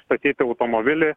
statyti automobilį